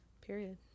Period